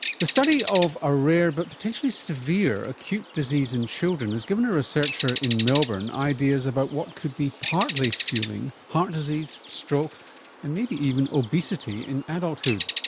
the study of a rare but potentially severe acute disease in children has given a researcher in melbourne ideas about what could be partly fuelling heart disease, stroke and maybe even obesity in adulthood.